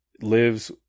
lives